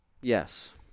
Yes